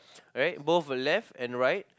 right both left and right